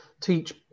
teach